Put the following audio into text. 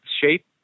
shape